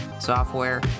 software